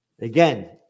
Again